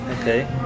Okay